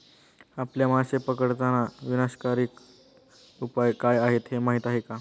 आपल्या मासे पकडताना विनाशकारी उपाय काय आहेत हे माहीत आहे का?